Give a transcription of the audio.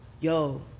yo